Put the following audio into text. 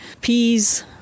peas